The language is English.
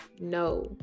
No